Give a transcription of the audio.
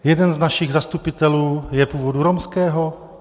Jeden z našich zastupitelů je původu romského.